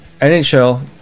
NHL